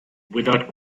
without